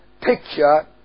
picture